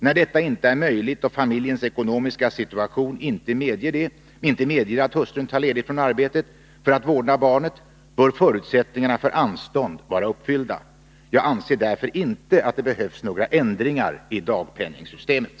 När detta inte är möjligt och familjens ekonomiska situation inte medger att hustrun tar ledigt från arbetet för att vårda barnet, bör förutsättningarna för anstånd vara uppfyllda. Jag anser därför inte att det behövs några ändringar i dagpenningsystemet.